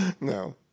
no